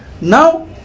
Now